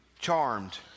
charmed